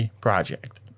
Project